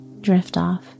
Driftoff